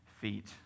feet